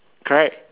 correct